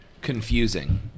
confusing